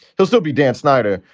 he'll still be dan snyder,